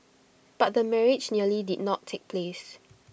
but the marriage nearly did not take place